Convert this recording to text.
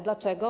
Dlaczego?